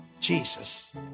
Jesus